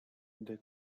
they